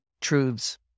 truths